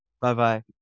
Bye-bye